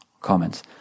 comments